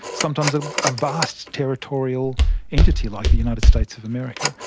sometimes a ah vast territorial entity like the united states of america,